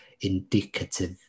indicative